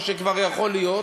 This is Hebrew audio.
או שכבר יכול להיות